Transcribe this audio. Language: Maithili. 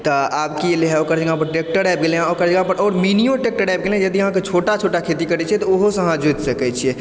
तऽ आब कि अयलै हँ ओकर जगह पर ट्रेक्टर आबि गेलै हँ ओकर जगह पर आओर मिनियो ट्रेक्टर आबि गेलै हँ यदि अहाँ छोटा छोटा खेती करै छियै तऽ ओहो सँ अहाँ जोइत सकै छियै